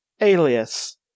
alias